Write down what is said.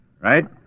Right